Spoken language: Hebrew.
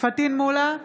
פטין מולא,